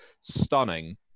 stunning